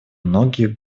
многие